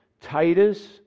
Titus